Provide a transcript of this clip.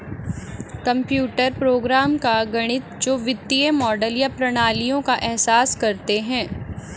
computer program का गणित जो वित्तीय मॉडल या प्रणालियों का एहसास करते हैं